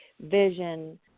vision